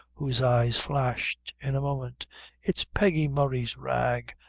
whose eyes flashed in a moment it's peggy murray's rag,